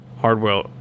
hardware